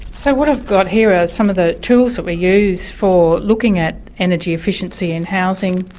so, what i've got here are some of the tools that we use for looking at energy efficiency and housing.